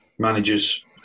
Managers